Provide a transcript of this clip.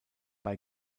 bei